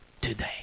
today